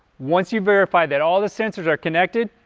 once you verify that all of the sensors are connected,